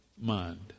mind